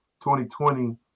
2020